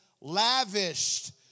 lavished